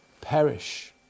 perish